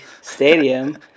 stadium